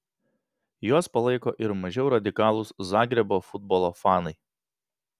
juos palaiko ir mažiau radikalūs zagrebo futbolo fanai